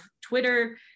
Twitter